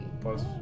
plus